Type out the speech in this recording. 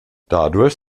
dadurch